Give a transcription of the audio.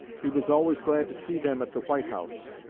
he was always glad to see them at the white house.